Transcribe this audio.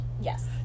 Yes